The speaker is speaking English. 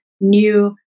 new